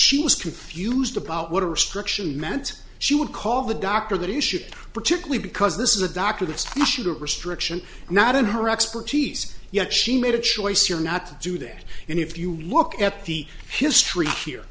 she was confused about what a restriction meant she would call the doctor that he should particularly because this is a doctor that's usually a restriction not in her expertise yet she made a choice you're not to do that and if you look at the history here